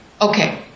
Okay